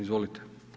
Izvolite.